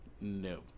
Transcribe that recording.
no